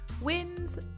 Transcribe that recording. wins